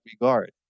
regard